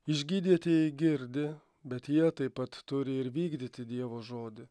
išgydytieji girdi bet jie taip pat turi ir vykdyti dievo žodį